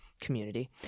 community